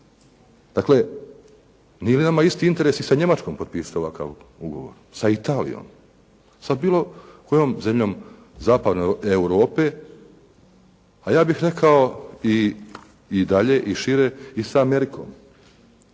Dakle, nije li nama isti interes i sa Njemačkom potpisati ovakav ugovor, sa Italijom, sa bilo kojom zemljom zapadne Europe, a ja bih rekao i dalje i šire i sa Amerikom.